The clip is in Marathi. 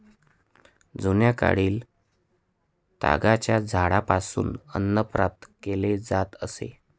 जुन्याकाळी तागाच्या झाडापासून अन्न प्राप्त केले जात असे